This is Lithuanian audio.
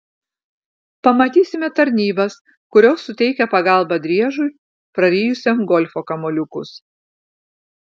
pamatysime tarnybas kurios suteikia pagalbą driežui prarijusiam golfo kamuoliukus